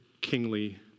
kingly